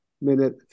minute